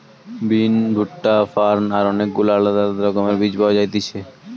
বিন, ভুট্টা, ফার্ন আর অনেক গুলা আলদা আলদা রকমের বীজ পাওয়া যায়তিছে